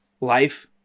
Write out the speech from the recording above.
Life